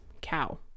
cow